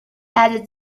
added